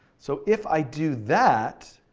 so if i do that,